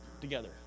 together